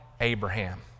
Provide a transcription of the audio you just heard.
Abraham